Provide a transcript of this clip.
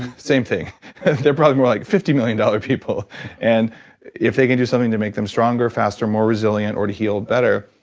same thing they're probably more like fifty million dollars people and if they can do something to make them stronger, faster, more resilient or to heal better,